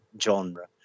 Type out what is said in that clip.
genre